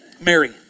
Mary